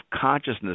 consciousness